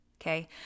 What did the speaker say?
okay